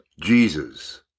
Jesus